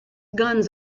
guns